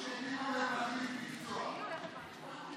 או שיגידו להם להחליף מקצוע.